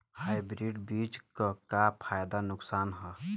Hybrid बीज क का फायदा नुकसान ह?